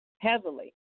heavily